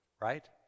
right